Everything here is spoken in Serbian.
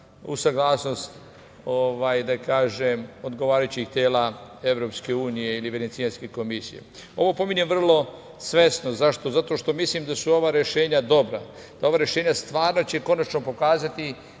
uz saglasnosti odgovarajućih tela Evropske unije ili Venecijanske komisije. Ovo pominjem vrlo svesno. Zašto? Zato što mislim da su ova rešenja dobra. Ova rešenja stvarno će konačno pokazati